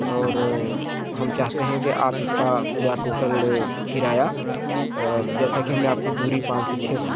और अ हम चाहते हैं कि आप इसका पूरा टोटल किराया अ जैसा कि हमने आपको दूरी पांच से छ